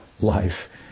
life